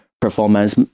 performance